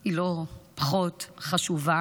היא לא פחות חשובה.